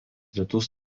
rytus